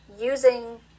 using